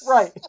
Right